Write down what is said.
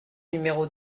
numéro